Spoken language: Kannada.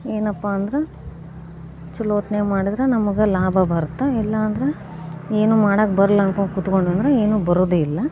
ಏನಪ್ಪ ಅಂದ್ರೆ ಚಲೋತ್ನಾಗ ಮಾಡಿದರೆ ನಮ್ಗೆ ಲಾಭ ಬರುತ್ತೆ ಇಲ್ಲ ಅಂದ್ರೆ ಏನು ಮಾಡೋಕೆ ಬರಲ್ಲ ಅನ್ಕೊಂಡು ಕೂತ್ಕೊಂಡೆ ಅಂದ್ರೆ ಏನೂ ಬರೋದೇ ಇಲ್ಲ